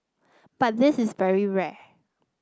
but this is very rare